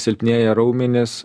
silpnėja raumenys